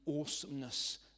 awesomeness